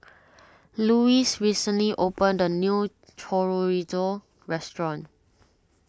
Louise recently opened a new Chorizo restaurant